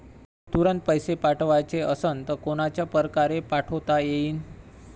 तुरंत पैसे पाठवाचे असन तर कोनच्या परकारे पाठोता येईन?